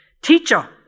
teacher